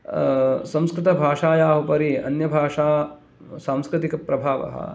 संस्कृतभाषायाः उपरि अन्यभाषा सांस्कृतिकप्रभावः